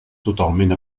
totalment